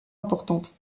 importantes